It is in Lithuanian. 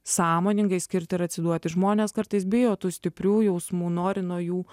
sąmoningai skirti ir atsiduoti žmonės kartais bijo tų stiprių jausmų nori nuo jų